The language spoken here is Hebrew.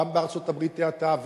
גם בארצות-הברית תהיה האטה,